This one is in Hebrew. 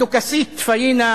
הדוכסית פניה